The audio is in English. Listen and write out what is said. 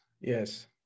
yes